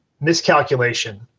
miscalculation